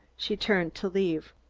she turned to leave.